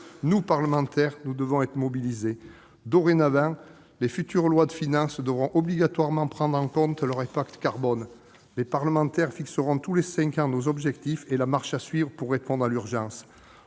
Comme parlementaires, nous devons prendre notre part de l'effort : dorénavant, les futures lois de finances devront obligatoirement prendre en compte leur impact carbone et les parlementaires fixeront tous les cinq ans nos objectifs et la marche à suivre pour répondre à l'urgence.